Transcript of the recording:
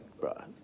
bruh